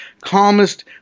calmest